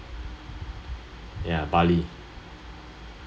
ya bali